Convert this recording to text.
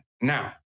Now